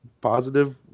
positive